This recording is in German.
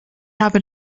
habe